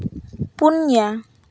ᱯᱩᱱᱭᱟ